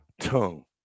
tongue